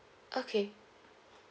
okay